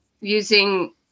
using